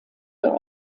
der